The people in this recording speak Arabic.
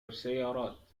السيارات